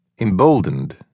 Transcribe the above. Emboldened